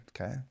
okay